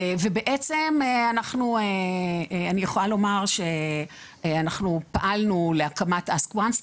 אני יכולה לומר שאנחנו פעלנו להקמת Ask Once,